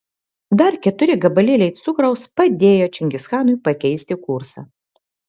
dar keturi gabalėliai cukraus padėjo čingischanui pakeisti kursą